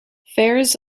fares